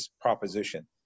proposition